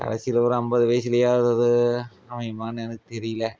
கடைசியில் ஒரு ஐம்பது வயதுலையாவது இது அமையுமான்னு எனக்கு தெரியல